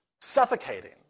suffocating